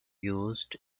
used